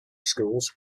schools